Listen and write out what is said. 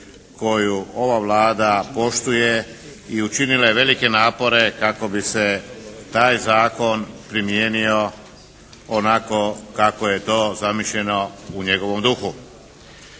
koju ova Vlada poštuje i učinila je velike napore kako bi se taj zakon primijenio onako kako je to zamišljeno u njegovom duhu.